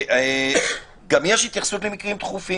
אם הצו הוא